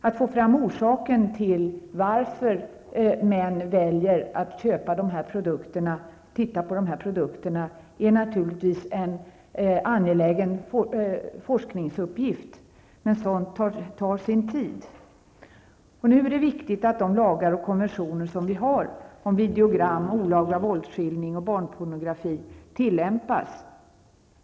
Att få fram orsaken till att män väljer att köpa och titta på de här produkterna är naturligtvis en angelägen forskningsuppgift, men sådant tar sin tid. Nu är det viktigt att de lagar och konventioner som vi har om videogram, olaga våldsskildring och barnpornografi tillämpas.